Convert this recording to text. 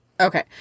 Okay